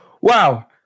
Wow